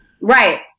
Right